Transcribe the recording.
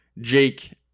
Jake